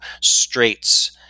straits